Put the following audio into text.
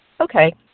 Okay